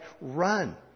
Run